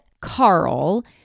Carl